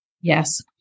Yes